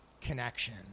connection